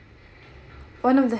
one of the